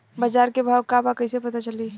बाजार के भाव का बा कईसे पता चली?